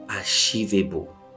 achievable